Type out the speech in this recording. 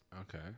Okay